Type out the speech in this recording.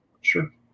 Sure